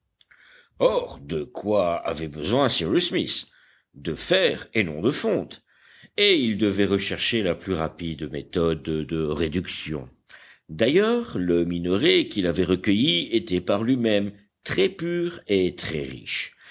or de quoi avait besoin cyrus smith de fer et non de fonte et il devait rechercher la plus rapide méthode de réduction d'ailleurs le minerai qu'il avait recueilli était par lui-même très pur et très riche